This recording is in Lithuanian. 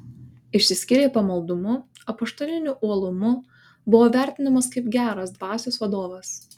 išsiskyrė pamaldumu apaštaliniu uolumu buvo vertinamas kaip geras dvasios vadovas